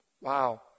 Wow